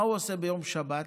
מה הוא עושה ביום שבת?